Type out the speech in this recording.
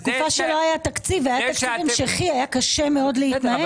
איזה כשל מבני קבוע.